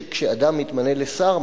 שכשאדם מתמנה לשר,